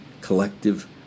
collective